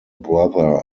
brother